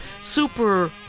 super